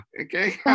Okay